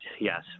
Yes